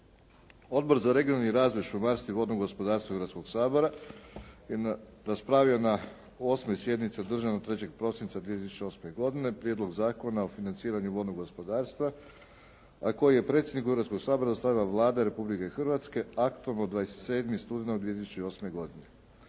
Odbor za regionalni razvoj, šumarstvo i vodno gospodarstvo Hrvatskog sabora je na, raspravio na 8. sjednici održanoj 3. prosinca 2008. godine Prijedlog zakona o financiranju vodnog gospodarstva a koji je predsjedniku Hrvatskog sabora dostavila Vlada Republike Hrvatske aktom od 27. studenog 2008. godine.